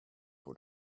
for